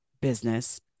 business